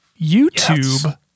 YouTube